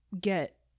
get